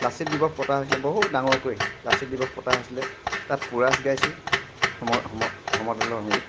লাচিত দিৱস পতা হৈছিল বহুত ডঙৰকৈ লাচিত দিৱস পতা হৈছিলে তাত কোৰাছ গাইছোঁ সম সম সমদল সংগীত